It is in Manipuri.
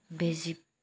ꯕꯦꯖꯤꯞ